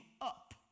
up